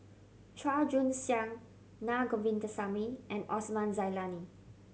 Chua Joon Siang Na Govindasamy and Osman Zailani